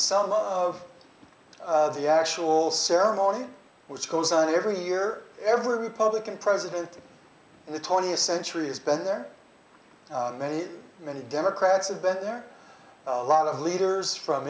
some of the actual ceremony which goes on every year every republican president in the twentieth century has been there many many democrats have bet there are a lot of leaders from